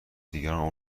دیگران